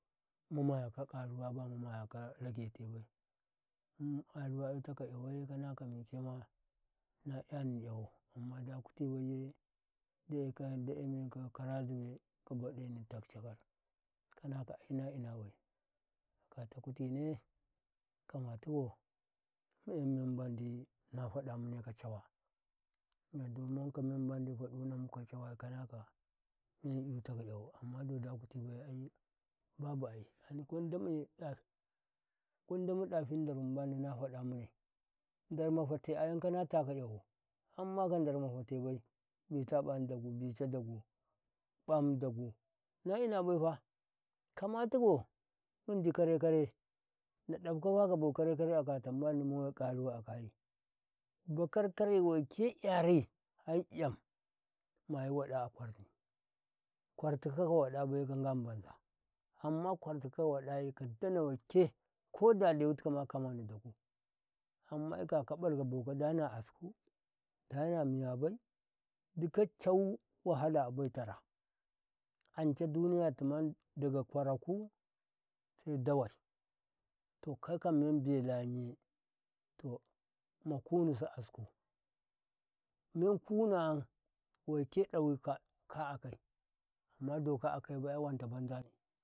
Mu maya ka ƙaruwa ba mu maya ka rage tai yawaye in karuwa ita ku yawaye nagani ai taima na i an yawo amma da kuti bai ye ka daye men kau kara zibe ka boɗe ni takshal kana kau aina ina bai kata kutine kamati kau muyamen dina faɗa muna kachawa do mu yan ka mem mandi padu na muku kacha waye kada ka mem in ta gaɗau amma boda kuti bai ai babu ai ai gon damu ɗa-gon damu ɗafi ndaru man dina fadamune ndarma fate a yon kanafa ka yawo amma ka ndarma fate bai bita ɓamdagu bita dagu ɓamdagu na ina bai fa kamatika mundi kare kare na ɗafka ka bo kare kare a kata men dimu wa ƙaruwa akayi ba karkare wai ke yari ai iyam mayi wada akwor hini karti kau ka wada bai ngama ban za amma kwati kau kawa daye da wai ke koda letika kamahini daga amma ikaya kaɓal ka bokau dana asku mundi kare kare na dafka maka bo kare kare akafa bakar kare wake yori bai kan mayi wad akwar hini kwatika waɗai fa ka dautika nga ma banza amma kwatiku kaman dogu ama ka ɓalka bokau dana asku dana miya bai dikawu chau wa hala a bai tara ance duniya timu daga kwaraku sai dawai tokai kam meni balamye to makunu su asku mem kunu yamdawuka ka akai amma doka akai bai ye wan ta ban zane.